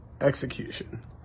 execution